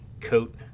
coat